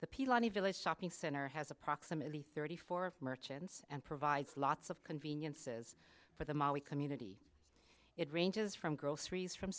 the pilani village shopping center has approximately thirty four merchants and provides lots of conveniences for the mali community it ranges from groceries from